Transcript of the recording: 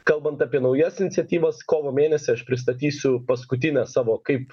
kalbant apie naujas iniciatyvas kovo mėnesį aš pristatysiu paskutinę savo kaip